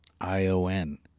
I-O-N